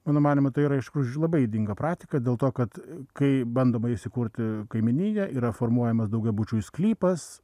mano manymu tai yra aišku labai ydinga praktika dėl to kad kai bandoma įsikurti kaimyniją yra formuojamas daugiabučiui sklypas